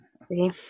See